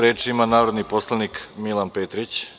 Reč ima narodni poslanik Milan Petrić.